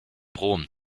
brom